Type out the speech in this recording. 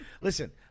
listen